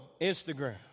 Instagram